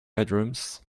bedrooms